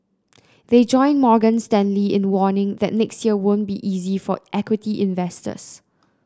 they join Morgan Stanley in warning that next year won't be easy for equity investors